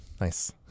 Nice